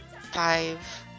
five